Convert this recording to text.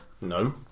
No